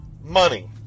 money